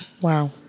Wow